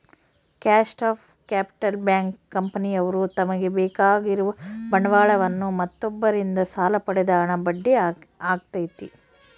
cost of capital bank, ಕಂಪನಿಯವ್ರು ತಮಗೆ ಬೇಕಾಗಿರುವ ಬಂಡವಾಳವನ್ನು ಮತ್ತೊಬ್ಬರಿಂದ ಸಾಲ ಪಡೆದ ಹಣ ಬಡ್ಡಿ ಆಗೈತೆ